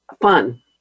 fun